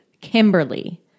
Kimberly